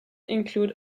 include